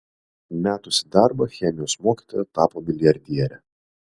metusi darbą chemijos mokytoja tapo milijardiere